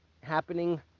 happening